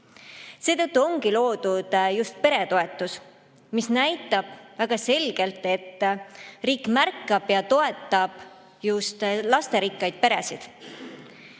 ongi loodud peretoetus, mis näitab väga selgelt, et riik märkab ja toetab just lasterikkaid peresid.